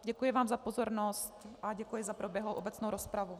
Děkuji vám za pozornost a děkuji za proběhlou obecnou rozpravu.